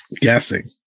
guessing